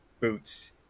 boots